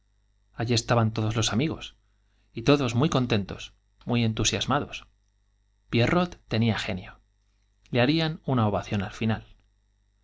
allí estaban todos los amigos y todos muy contentos muy entusiastas pierrot tenía genio le harían una ovación al final